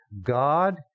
God